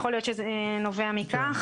יכול להיות שזה נובע מכך.